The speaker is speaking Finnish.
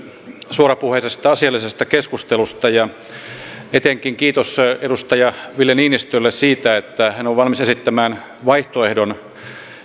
suorapuheisesta asiallisesta keskustelusta kiitos etenkin edustaja ville niinistölle siitä että hän on valmis esittämään vaihtoehdon